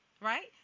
right